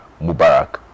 Mubarak